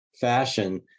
fashion